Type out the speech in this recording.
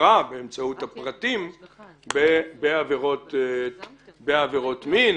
בחברה של עבירות המין,